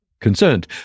concerned